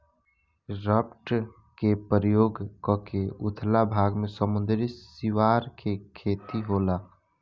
raft के प्रयोग क के उथला भाग में समुंद्री सिवार के खेती होला